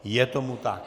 Je tomu tak.